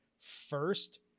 first